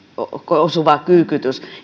osuva kyykytys